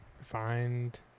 find